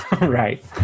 Right